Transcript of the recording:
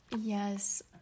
Yes